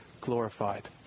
glorified